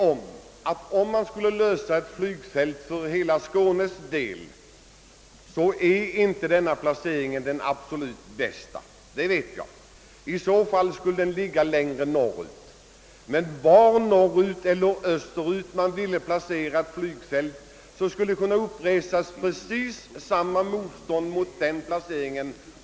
Om man skulle lösa frågan om ett flygfält för hela Skånes vidkommande, är placeringen i Sturup inte den absolut bästa. I så fall skulle fältet ligga längre norrut. Men på vilken plats norrut eller österut man än önskar placera ett flygfält, skulle det kunna resas precis samma motstånd mot placeringen.